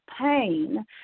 pain